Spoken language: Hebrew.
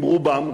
עם רובם,